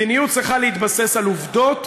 מדיניות צריכה להתבסס על עובדות